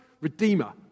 Redeemer